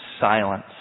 silence